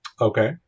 okay